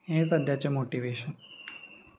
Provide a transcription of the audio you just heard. हें सद्याचें मोटिवेशन